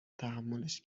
تحملش